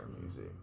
music